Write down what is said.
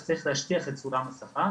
שצריך להשטיח את סולם השכר,